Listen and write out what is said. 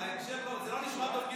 אבל זה לא נשמע טוב,